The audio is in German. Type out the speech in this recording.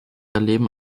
erleben